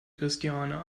christiane